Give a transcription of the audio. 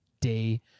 day